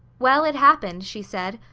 well, it happened, she said.